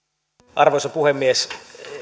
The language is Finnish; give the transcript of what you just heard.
arvoisa puhemies